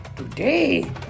Today